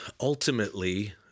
Ultimately